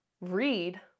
read